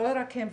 לא רק הם,